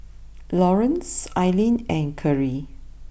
Laurance Alline and Kerri